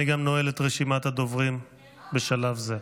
אני גם נועל את רשימת הדוברים בשלב זה.